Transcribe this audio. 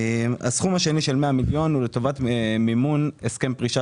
הסכום השני של 100 מיליון הוא לטובת מימון הסכם פרישה